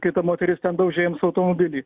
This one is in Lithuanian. kai ta moteris daužė jiems automobilį